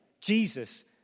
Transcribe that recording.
Jesus